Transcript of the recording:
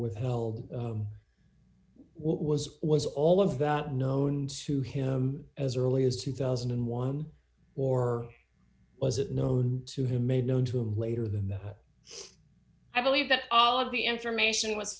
withheld what was was all of that known to him as early as two thousand and one or was it known to him made known to him later that i believe that all of the information was